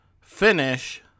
finish